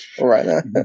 Right